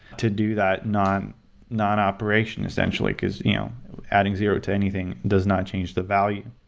to do that non non operation, essentially, because you know adding zero to anything does not change the value.